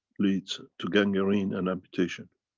leads to gangrene and amputation.